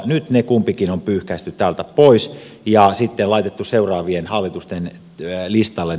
nyt ne kumpikin on pyyhkäisty täältä pois ja laitettu seuraavien hallitusten listalle